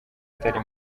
atari